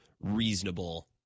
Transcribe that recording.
reasonable